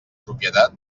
propietat